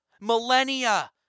Millennia